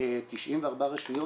94 רשויות,